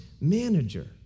manager